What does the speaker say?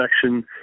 section